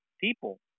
people